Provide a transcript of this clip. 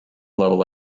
level